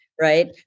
right